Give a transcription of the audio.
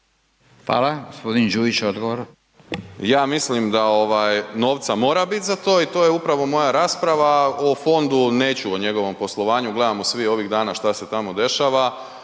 odgovor. **Đujić, Saša (SDP)** Ja mislim da ovaj novca mora biti za to i to je upravo moja rasprava, o fondu neću o njegovom poslovanju, gledamo svi ovih dana šta se tamo dešava,